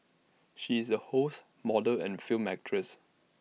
she is A host model and film actress